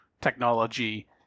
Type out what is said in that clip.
technology